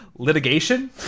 litigation